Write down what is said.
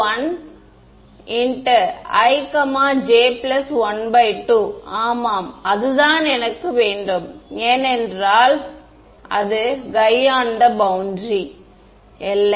நான் தேடுகிறேன் Eynij1 2 ஆமாம் அதுதான் எனக்கு வேண்டும் ஏனென்றால் அது guy on the boundary எல்லை